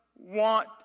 want